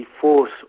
force